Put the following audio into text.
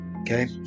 Okay